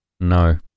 No